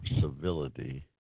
civility